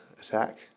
attack